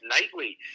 nightly